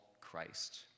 Christ